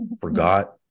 forgot